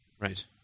Right